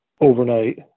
overnight